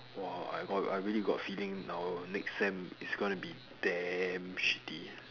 !wah! I got I really got a feeling now next sem is going to be damn shitty